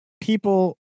people